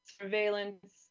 surveillance